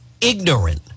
ignorant